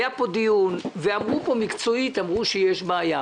היה פה דיון, ואמרו פה מקצועית שיש בעיה.